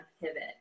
pivot